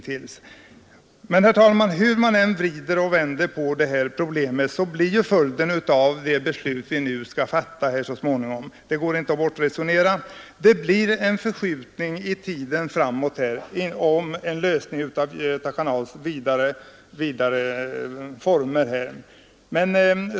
Hur man än vrider och vänder på detta problem, herr talman, blir följden av det beslut vi så småningom skall fatta en förskjutning framåt i tiden.